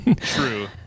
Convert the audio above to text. True